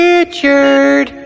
Richard